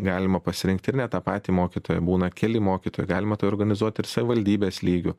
galima pasirinkti ir ne tą patį mokytoją būna keli mokytojai galima tai organizuoti ir savivaldybės lygiu